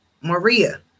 Maria